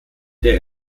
der